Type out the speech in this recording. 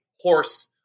horse